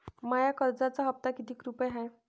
माया कर्जाचा हप्ता कितीक रुपये हाय?